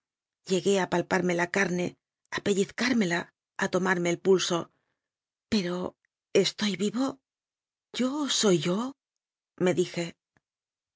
llegué a palparme la carne a pe llizcármela a tomarme el pulso pero estoy vivo yo soy yo me dije